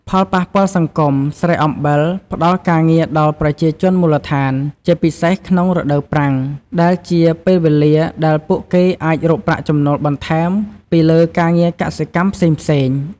ផលប៉ះពាល់សង្គម ស្រែអំបិលផ្តល់ការងារដល់ប្រជាជនមូលដ្ឋាន ជាពិសេសក្នុងរដូវប្រាំង ដែលជាពេលវេលាដែលពួកគេអាចរកប្រាក់ចំណូលបន្ថែមពីលើការងារកសិកម្មផ្សេងៗ។